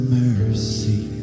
mercy